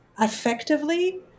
effectively